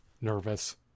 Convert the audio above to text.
nervous